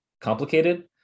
complicated